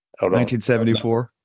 1974